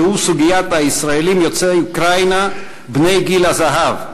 והוא סוגיית הישראלים יוצאי אוקראינה בני גיל הזהב,